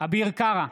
אביר קארה,